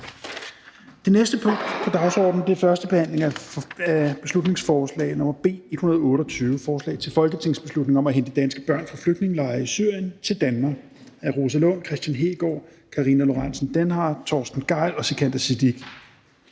Det næste punkt på dagsordenen er: 33) 1. behandling af beslutningsforslag nr. B 128: Forslag til folketingsbeslutning om at hente danske børn fra flygtningelejre i Syrien til Danmark. Af Rosa Lund (EL), Kristian Hegaard (RV), Karina Lorentzen Dehnhardt (SF), Torsten Gejl (ALT) og Sikandar Siddique